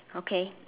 okay